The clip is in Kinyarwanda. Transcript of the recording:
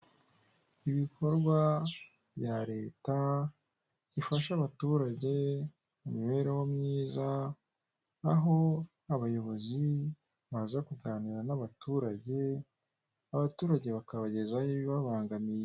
Ibikorwa bya leta bifasha abaturage mu miberehomyiza aho abyobozi baza kuganira n'abaturage abaturage bakabagezaho ibibabangamiye.